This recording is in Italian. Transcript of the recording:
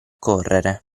correre